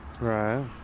Right